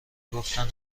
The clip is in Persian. گفتن